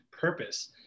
purpose